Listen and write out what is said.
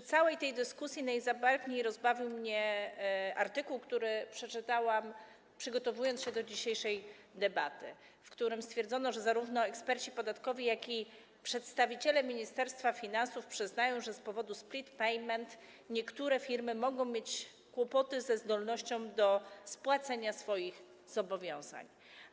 W całej tej dyskusji najbardziej rozbawił mnie artykuł, który przeczytałam, przygotowując się do dzisiejszej debaty, w którym stwierdzono, że zarówno eksperci podatkowi, jak i przedstawiciele Ministerstwa Finansów przyznają, że z powodu split payment niektóre firmy mogą mieć kłopoty ze zdolnością do spłacenia swoich zobowiązań,